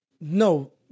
No